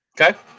okay